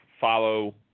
follow